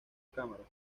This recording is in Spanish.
cámaras